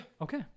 Okay